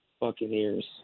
Buccaneers